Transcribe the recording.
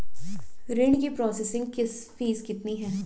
ऋण की processing fees कितनी है?